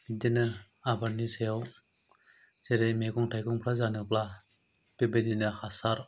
बिदिनो आबादनि सायाव जेरै मेगं थायगंफ्रा जानोब्ला बेबादिनो हासार